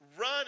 Run